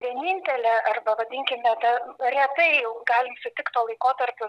vienintelė arba vadinkime ta retai jau galim sutikt tuo laikotarpiu